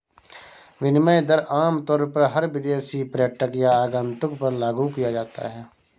विनिमय दर आमतौर पर हर विदेशी पर्यटक या आगन्तुक पर लागू किया जाता है